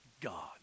God